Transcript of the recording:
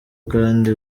kandi